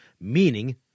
Meaning